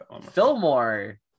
Fillmore